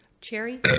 Cherry